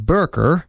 Burker